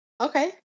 Okay